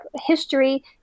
history